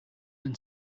been